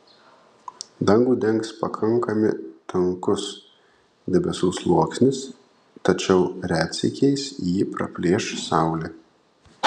dangų dengs pakankami tankus debesų sluoksnis tačiau retsykiais jį praplėš saulė